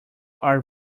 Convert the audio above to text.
are